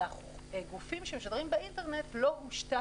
על הגופים שמשדרים באינטרנט לא הושתה